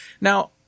Now